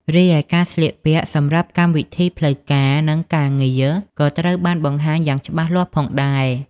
រីឯការស្លៀកពាក់សម្រាប់កម្មវិធីផ្លូវការ និងការងារ ក៏ត្រូវបានបង្ហាញយ៉ាងច្បាស់លាស់ផងដែរ។